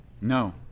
No